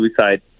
suicide